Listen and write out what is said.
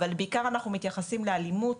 אבל בעיקר אנחנו מתייחסים לאלימות,